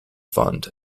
fund